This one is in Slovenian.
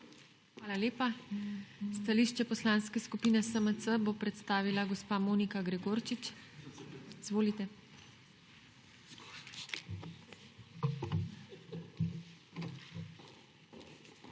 Hvala lepa. Stališče Poslanske skupine SMC bo predstavila gospa Monika Gregorčič. Izvolite. MONIKA